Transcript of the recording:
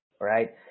right